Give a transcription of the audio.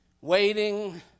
Waiting